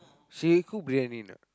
she can cook briyani or not